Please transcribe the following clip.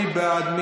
מי בעד?